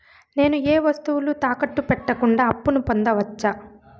నేను ఏ వస్తువులు తాకట్టు పెట్టకుండా అప్పును పొందవచ్చా?